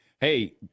hey